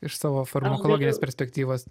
iš savo farmakologinės perspektyvos